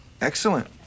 Excellent